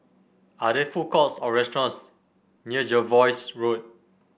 are there food courts or restaurants near Jervois Road